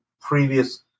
previous